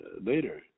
later